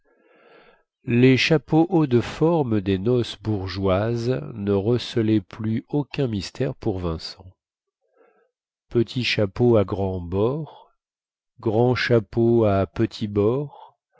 les chapeaux hauts de forme des noces bourgeoises ne recelaient plus aucun mystère pour vincent petits chapeaux à grands bords grands chapeaux à petits bords